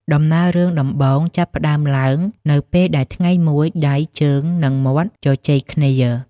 ដំណើររឿងដំបូង ចាប់ផ្ដើមឡើងនៅពេលដែលថ្ងៃមួយ ដៃ ជើង និងមាត់ជជែកគ្នា ។